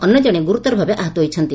ଅନ୍ୟ ଜଣେ ଗୁରୁତର ଭାବେ ଆହତ ହୋଇଛନ୍ତି